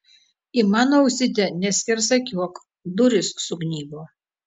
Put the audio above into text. į mano ausytę neskersakiuok durys sugnybo